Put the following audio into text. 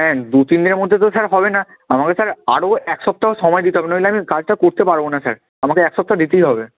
হ্যাঁ দু তিন দিনের মধ্যে তো স্যার হবে না আমাকে স্যার আরও এক সপ্তাহ সময় দিতে হবে নইলে আমি কাজটা করতে পারব না স্যার আমাকে এক সপ্তাহ দিতেই হবে